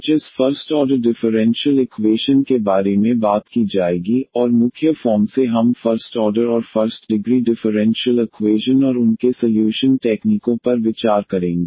आज इस first order differential equation के बारे में बात की जाएगी और मुख्य फॉर्म से हम फर्स्ट ऑर्डर और फर्स्ट डिग्री डिफरेंशियल इक्वेशन और उनके सॉल्यूशन टेक्नीकों पर विचार करेंगे